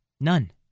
None